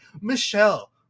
michelle